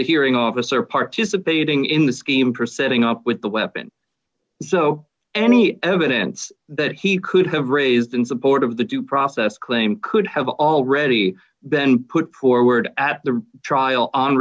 the hearing officer participating in the scheme persisting up with the weapon so any evidence that he could have raised in support of the due process claim could have already been put forward at the trial on